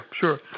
sure